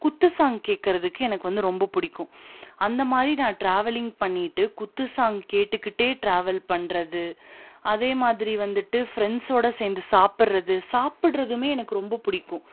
குத்து சாங் கேக்கிறதுக்கு எனக்கு வந்து ரொம்ப பிடிக்கும் அந்த மாதிரி நான் டிராவலிங் பண்ணிட்டு குத்து சாங் கேட்டுகிட்டே டிராவல் பண்ணுறது அதே மாதிரி வந்துட்டு ஃப்ரெண்ட்ஸோடு சேர்ந்து சாப்பிட்றது சாப்பிட்றதுமே எனக்கு ரொம்ப பிடிக்கும்